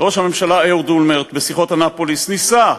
ראש הממשלה אהוד אולמרט בשיחות אנאפוליס ניסה,